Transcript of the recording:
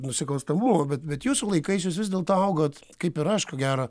nusikalstamumo bet jūsų laikais jūs vis dėlto augot kaip ir aš ko gero